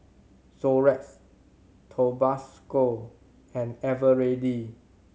Xorex Tabasco and Eveready